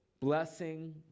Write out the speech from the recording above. Blessing